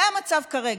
זה המצב כרגע.